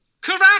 Correct